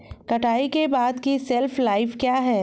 कटाई के बाद की शेल्फ लाइफ क्या है?